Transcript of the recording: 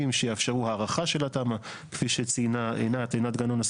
שיאפשרו הארכה של התמ"א כפי שציינה עינת גנון,